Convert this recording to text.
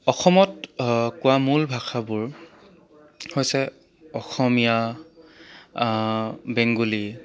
অসমত কোৱা মূল ভাষাবোৰ হৈছে অসমীয়া বেংগলী